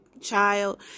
child